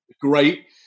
great